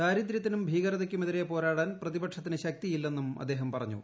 ദാരിദ്ര്യത്തിനും ഭീകരതയ്ക്കുമെതിരെ പോരാടാൻ പ്രതിപക്ഷത്തിനു ശക്തിയില്ലെന്നും അദ്ദേഹം പറഞ്ഞു